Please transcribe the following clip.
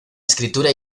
escritura